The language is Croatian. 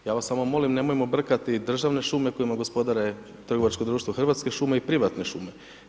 Ja vas samo molim nemojmo brkati državne šume kojima gospodare trgovačko društvo Hrvatske šume i privatne šume.